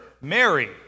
Mary